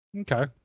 Okay